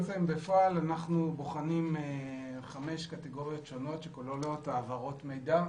בפועל אנחנו בוחנים מספר קטגוריות שונות שכוללות: העברות מידע,